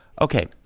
Okay